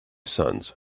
sons